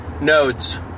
nodes